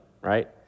right